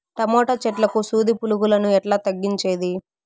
Tomato చెట్లకు సూది పులుగులను ఎట్లా తగ్గించేది?